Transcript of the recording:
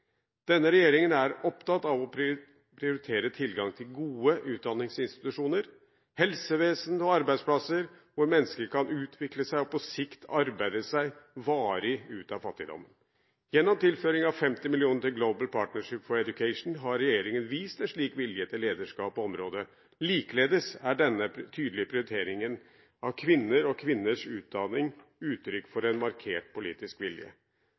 Denne regjeringen er opptatt av å prioritere tilgangen til gode utdanningsinstitusjoner, helsevesen og arbeidsplasser hvor mennesker kan utvikle seg og på sikt arbeide seg varig ut av fattigdommen. Gjennom tilføringen av 50 mill. kr til Global Partnership for Education har regjeringen vist en slik vilje til lederskap på området. Likeledes er denne tydelige prioriteringen av kvinner og kvinners utdanning uttrykk for en markert politisk vilje.